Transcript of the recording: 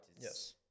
Yes